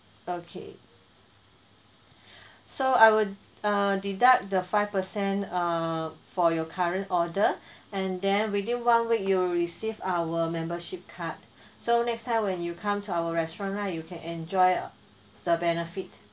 okay so I would err deduct the five percent err for your current order and then within one week you'll receive our membership card so next time when you come to our restaurant right you can enjoy the benefit